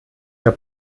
der